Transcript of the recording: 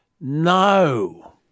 No